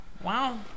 Wow